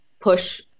push